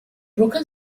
broken